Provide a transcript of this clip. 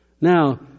Now